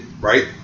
right